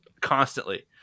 constantly